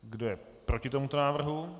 Kdo je proti tomuto návrhu?